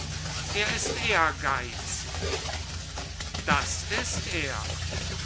besser er ist ehrgeizig das ist er immer